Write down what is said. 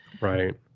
right